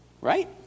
Right